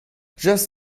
just